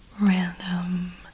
random